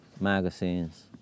magazines